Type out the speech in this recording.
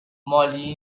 مالی